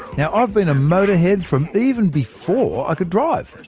now i've been a motorhead from even before i could drive.